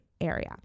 area